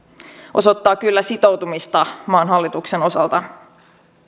osoittaa kyllä sitoutumista maan hallituksen osalta